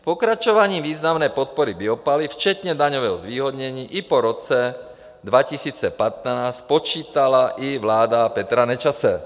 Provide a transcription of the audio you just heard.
S pokračováním významné podpory biopaliv včetně daňového zvýhodnění i po roce 2015 počítala i vláda Petra Nečase.